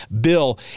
Bill